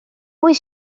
ulls